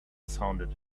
sounded